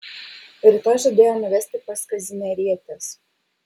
rytoj žadėjo nuvesti pas kazimierietes